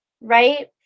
right